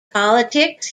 politics